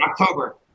October